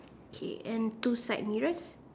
okay and two side mirrors